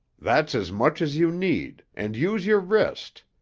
that's as much as you need and use your wrist.